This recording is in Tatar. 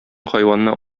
хайванны